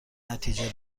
نتیجه